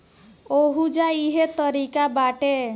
ओहुजा इहे तारिका बाटे